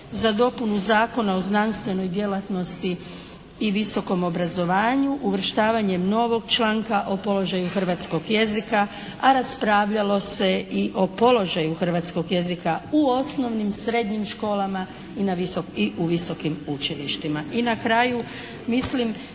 za dopunu Zakona o znanstvenoj djelatnosti i visokom obrazovanju uvrštavanjem novog članka o položaju hrvatskog jezika, a raspravljalo se i o položaju hrvatskog jezika u osnovnim, srednjim školama i u visokom učilištima.